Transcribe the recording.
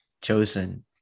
chosen